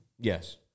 Yes